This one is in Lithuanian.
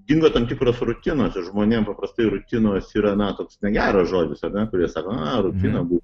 dingo tam tikros rutinos ir žmonėm paprastai rutinos yra na toks negeras žodis ar ne kurie sako a rutina būt